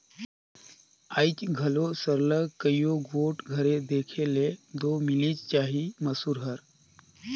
आएज घलो सरलग कइयो गोट घरे देखे ले दो मिलिच जाही मूसर हर